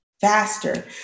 faster